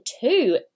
two